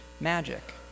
magic